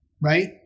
right